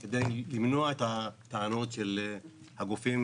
כדי למנוע את הטענות של הגופים